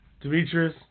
Demetrius